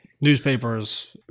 newspapers